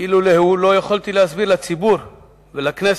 כי לולא הוא לא יכולתי להסביר לציבור ולכנסת